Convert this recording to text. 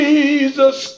Jesus